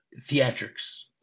theatrics